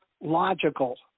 logical